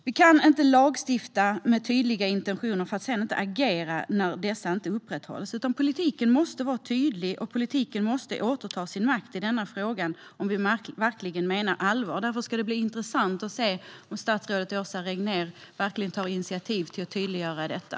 Vi kan inte lagstifta med tydliga intentioner för att sedan inte agera när dessa inte upprätthålls, utan politiken måste vara tydlig och återta sin makt i denna fråga om vi verkligen menar allvar. Därför ska det bli intressant att se om statsrådet Åsa Regnér verkligen tar initiativ till att tydliggöra detta.